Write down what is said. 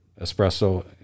espresso